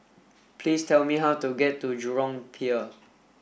please tell me how to get to Jurong Pier